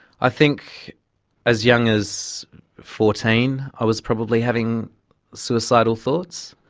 i think as young as fourteen i was probably having suicidal thoughts.